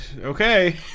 okay